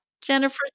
Jennifer